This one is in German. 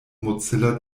mozilla